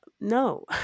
no